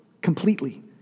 completely